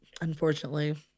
unfortunately